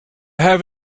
have